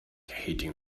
heating